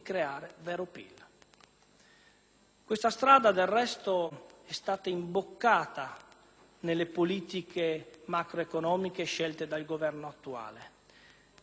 Tale strada, del resto, è stata imboccata nelle politiche macroeconomiche scelte dal Governo attuale,